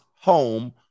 home